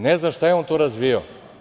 Ne znam šta je on to razvijao.